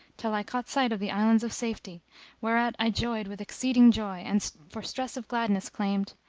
till i caught sight of the islands of safety whereat i joyed with exceeding joy and for stress of gladness exclaimed,